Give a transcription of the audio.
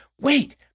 wait